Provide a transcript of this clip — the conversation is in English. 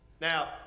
Now